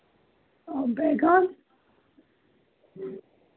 और बैंगन